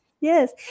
Yes